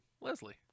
Leslie